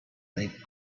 that